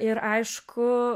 ir aišku